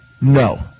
No